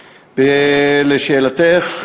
לשאלתך,